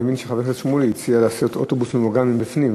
אני מבין שחבר הכנסת שמולי הציע לעשות אוטובוס ממוגן מבפנים,